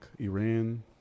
Iran